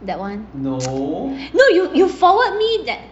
that one no you you forward me that